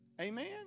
Amen